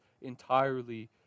entirely